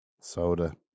soda